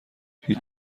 هیچ